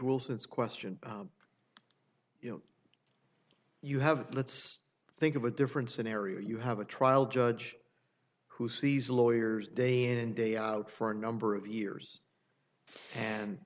wilson's question you know you have let's think of a difference an area you have a trial judge who sees lawyers day in and day out for a number of years and